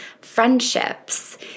friendships